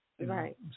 Right